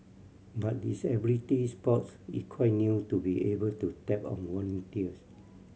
but disability sports is quite new to be able to tap on volunteers